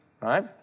right